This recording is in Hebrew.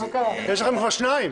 יש לכם כבר שניים.